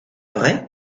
vrai